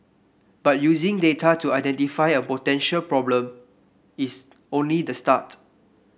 but using data to identify a potential problem is only the start